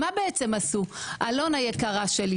אם זה עובד זו תהיה בשורה גדולה ונוכל להתמודד עם ההיקף הזה.